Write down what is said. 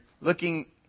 looking